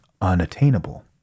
unattainable